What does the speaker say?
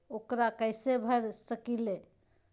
ऊकरा कैसे भर सकीले?